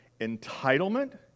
entitlement